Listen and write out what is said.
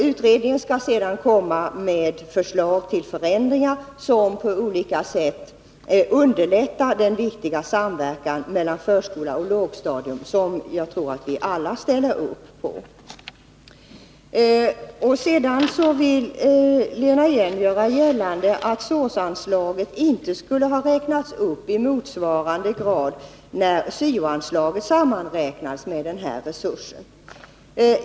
Utredningen skall sedan framlägga förslag till förändringar, som på olika sätt underlättar den viktiga samverkan mellan förskola och lågstadium som jag tror att vi alla ställer upp på. Sedan ville Lena Hjelm-Wallén göra gällande att SÅS-anslaget inte har räknats upp i motsvarande grad, när syo-anslaget sammanräknas med den här resursen.